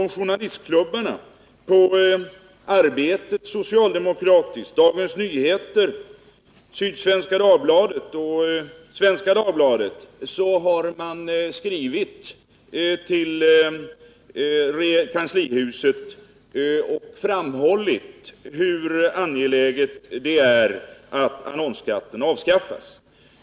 Journalistklubbarna på den socialdemokratiska tidningen Arbetet, på Dagens Nyheter, på Sydsvenska Dagbladet och på Svenska Dagbladet har skrivit till regeringen och framhållit hur angeläget det är att annonsskatten avskaffas.